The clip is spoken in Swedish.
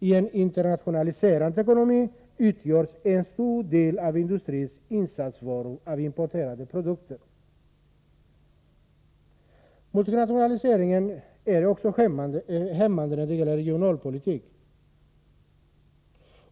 I en internationaliserad ekonomi utgörs en stor del av industrins insatsvaror av importerade produkter.” Multinationaliseringen är också hämmande för regionalpolitiken.